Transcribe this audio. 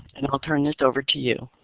and i'll turn this over to you.